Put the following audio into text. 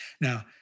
Now